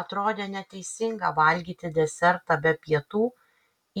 atrodė neteisinga valgyti desertą be pietų